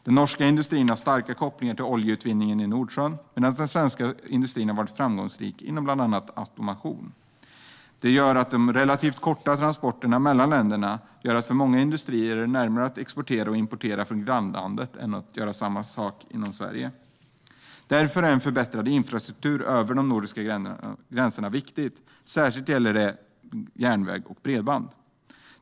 Den norska industrin har starka kopplingar till oljeutvinningen i Nordsjön medan den svenska industrin har varit framgångsrik inom bland annat automation. De relativt korta transportsträckorna mellan länderna gör att det för många industrier är närmare att exportera och importera från grannlandet än att transportera varor inom Sverige. Därför är en förbättrad infrastruktur över de nordiska gränserna viktig, särskilt när det gäller järnväg och bredband.